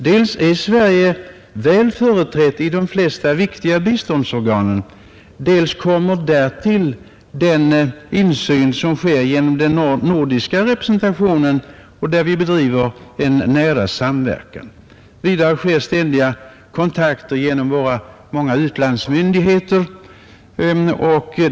Dels är Sverige väl företrätt i de flesta viktiga biståndsorgan, dels kommer därtill den insyn som sker genom den nordiska representationen där vi bedriver en nära samverkan. Vidare sker ständiga kontakter genom våra många utlandsmyndigheter.